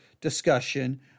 discussion